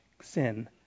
sin